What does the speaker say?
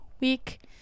week